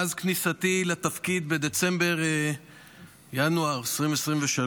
מאז כניסתי לתפקיד בדצמבר-ינואר 2023,